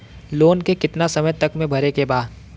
Loan के कितना समय तक मे भरे के बा?